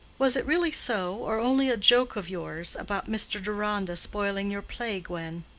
was it really so, or only a joke of yours, about mr. deronda's spoiling your play, gwen?